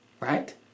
right